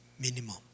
minimum